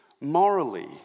morally